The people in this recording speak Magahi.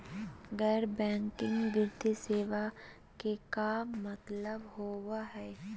गैर बैंकिंग वित्तीय सेवाएं के का मतलब होई हे?